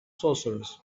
sorcerers